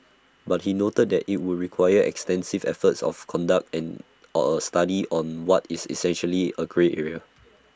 but he noted that IT would require extensive efforts of conduct and on A study on what is essentially A grey area